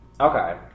okay